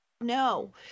No